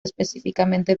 específicamente